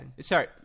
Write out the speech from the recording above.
Sorry